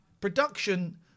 production